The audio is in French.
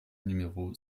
numéro